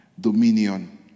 dominion